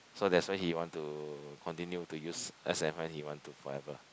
so that's why he want to continue to use as and when he want to forever